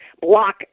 block